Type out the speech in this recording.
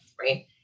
right